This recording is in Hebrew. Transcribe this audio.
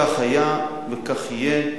כך היה וכך יהיה,